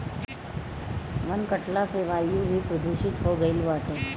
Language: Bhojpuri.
वन कटला से वायु भी प्रदूषित हो गईल बाटे